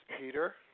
Peter